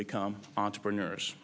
become entrepreneurs